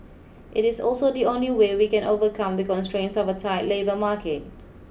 it is also the only way we can overcome the constraints of a tight labour market